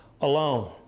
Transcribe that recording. alone